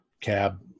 Cab